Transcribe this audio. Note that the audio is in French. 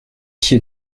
qui